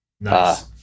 nice